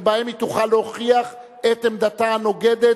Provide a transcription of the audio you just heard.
שבהן היא תוכל להוכיח את עמדתה הנוגדת,